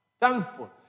Thankful